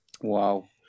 Wow